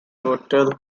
total